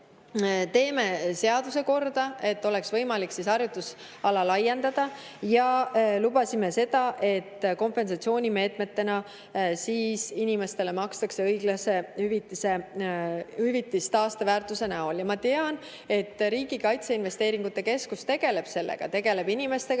teeme seaduse korda, et oleks võimalik harjutusala laiendada, ja lubasime ka seda, et kompensatsioonimeetmena makstakse inimestele õiglast hüvitist taasteväärtuse ulatuses. Ma tean, et Riigi Kaitseinvesteeringute Keskus tegeleb sellega, tegeleb inimestega